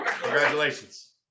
Congratulations